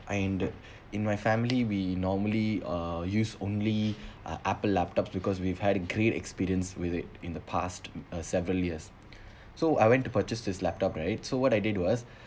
ended in my family we normally uh use only uh Apple laptops because we've had a great experience with it in the past uh several years so I went to purchase this laptop right so what I did was